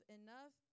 enough